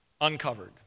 uncovered